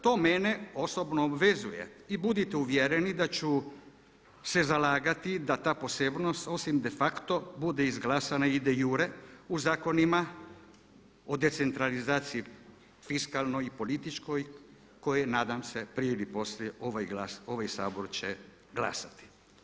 To mene osobno obvezuje i budite uvjereni da ću se zalagati da ta posebnost osim de facto bude izglasana i de jure u zakonima o decentralizaciji fiskalnoj i političkoj kojoj nadam se prije ili poslije ovaj glas, ovaj Sabor će glasati.